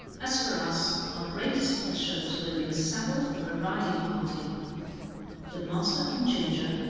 as for us, our greatest pleasure was when we were saddled for a riding party the master on ginger,